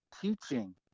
teaching